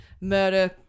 murder